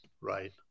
right